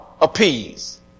appease